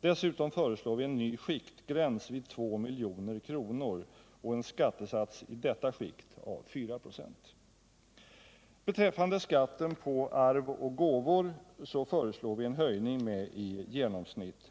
Dessutom föreslår vi en ny skiktgräns vid 2 milj.kr. och en skattesats i detta skikt av 4 926.